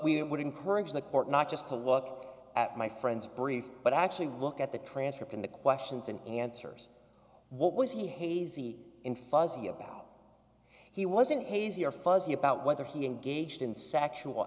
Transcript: we would encourage the court not just to look at my friend's brief but actually look at the transcript and the questions and answers what was he hazy in fuzzy about he wasn't hazy or fuzzy about whether he engaged in sexual